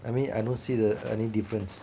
I mean I don't see the any difference